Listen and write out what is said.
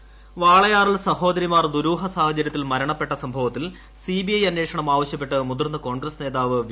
സുധീരൻ വാളയാറിൽ സഹോദരിമാർ ദുരൂഹ സാഹചര്യത്തിൽ മരണപ്പെട്ട സംഭവത്തിൽ സിബിഐ അന്വേഷണം ആവശ്യപ്പെട്ട് മുതിർന്ന കോൺഗ്രസ്സ് നേതാവ് വി